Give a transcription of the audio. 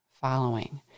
following